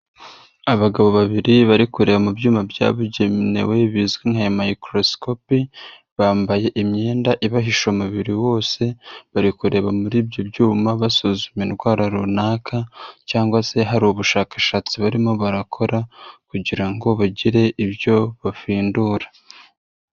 Abagabo babiri bari kureba mu byuma byabugenewe bizwi nka microscopy, bambaye imyenda ibahisha umubiri wose, bari kureba muri ibyo byuma basuzuma indwara runaka, cyangwa se hari ubushakashatsi barimo barakora kugira ngo bagire ibyo bafindura.